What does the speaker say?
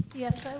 yes, i will.